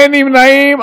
אין נמנעים.